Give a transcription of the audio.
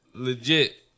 legit